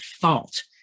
fault